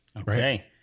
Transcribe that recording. Okay